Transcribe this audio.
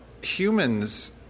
humans